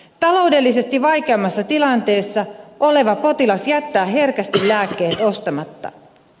taloudellisesti vaikeammassa tilanteessa oleva potilas jättää herkästi lääkkeet ostamatta